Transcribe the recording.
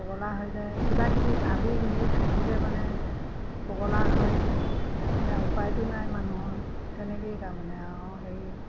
পগলা হৈ যায় কিবা কিবি ভাবি গুনি থাকিলে মানে পগলা হয় এতিয়া উপায়টো নাই মানুহৰ তেনেকেই তাৰমানে আৰু হেৰি